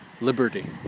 liberty